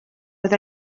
oedd